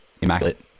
immaculate